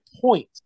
point